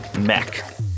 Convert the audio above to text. mech